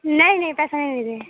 نہیں نہیں پیسہ رہنے دیں